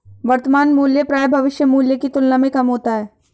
वर्तमान मूल्य प्रायः भविष्य मूल्य की तुलना में कम होता है